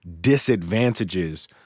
disadvantages